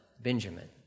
Benjamin